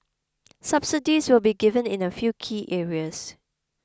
subsidies will be given in a few key areas